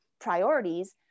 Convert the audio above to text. priorities